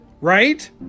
right